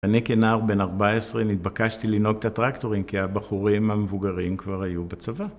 אני כנער בן 14 נתבקשתי לנהוג את הטרקטורים כי הבחורים המבוגרים כבר היו בצבא.